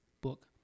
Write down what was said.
book